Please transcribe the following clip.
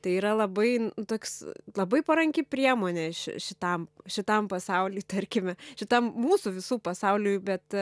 tai yra labai toks labai paranki priemonė šitam šitam pasauly tarkime šitam mūsų visų pasauliui bet